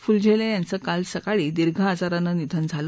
फुलझेले यांचं काल सकाळी दीर्घ आजारानं निधन झालं